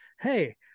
hey